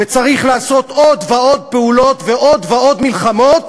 וצריך לעשות עוד ועוד פעולות ועוד ועוד מלחמות,